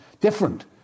different